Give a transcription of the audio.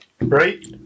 right